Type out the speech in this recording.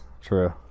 True